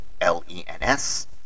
L-E-N-S